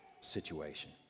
situation